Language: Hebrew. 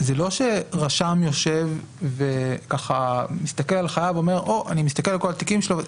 זה לא שרשם יושב ומסתכל על החייב ואומר: אני מסתכל על כל התיקים שלו.